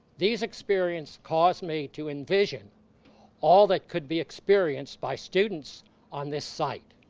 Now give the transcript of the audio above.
these experience caused me to envision all that could be experienced by students on this site.